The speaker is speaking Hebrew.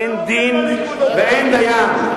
אין דין ואין דיין,